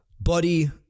Buddy